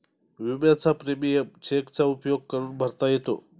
विम्याचा प्रीमियम चेकचा उपयोग करून भरता येतो